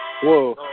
whoa